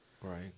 right